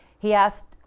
he asked,